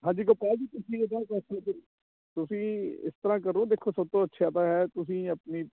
ਹਾਂਜੀ ਗੁਪਾਲ ਜੀ ਤੁਸੀਂ ਇੱਦਾਂ ਕਰ ਸਕਦੇ ਤੁਸੀਂ ਇਸ ਤਰ੍ਹਾਂ ਕਰੋ ਦੇਖੋ ਸਭ ਤੋਂ ਅੱਛਾ ਤਾਂ ਹੈ ਤੁਸੀਂ ਆਪਣੀ